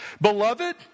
Beloved